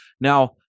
now